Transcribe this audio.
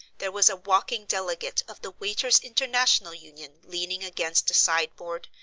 there was a walking delegate of the waiters' international union leaning against a sideboard,